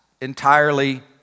entirely